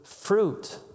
fruit